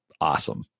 awesome